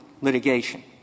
litigation